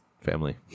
family